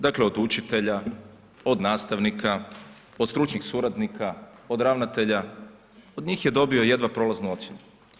Dakle, od učitelja, od nastavnika, od stručnih suradnika, od ravnatelja, od njih je dobio jedva prolaznu ocjenu.